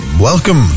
Welcome